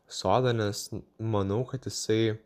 sodą nes manau kad jisai